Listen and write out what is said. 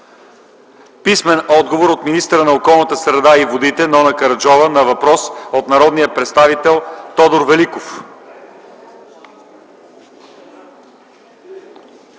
писмен отговор от министъра на околната среда и водите Нона Караджова на въпрос от народния представител Тодор Великов;